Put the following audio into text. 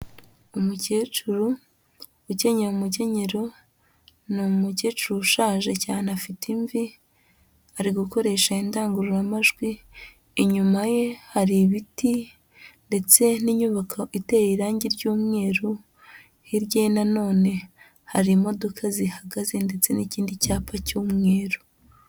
Umukecuru ukenyeye umukenyero, ni umukecuru ushaje cyane afite imvi, ari gukoresha indangururamajwi, inyuma ye hari ibiti ndetse n'inyubako iteye irangi ry'umweru, hirya ye na none hari imodoka zihagaze ndetse n'ikindi cyapa cy'umweru.